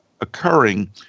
occurring